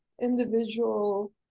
individual